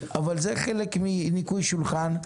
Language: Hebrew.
אבל זה חלק מניקוי שולחן,